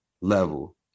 level